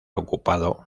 ocupado